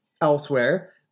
elsewhere